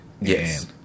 Yes